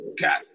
got